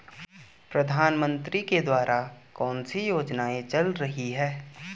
प्रधानमंत्री के द्वारा कौनसी योजनाएँ चल रही हैं?